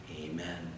Amen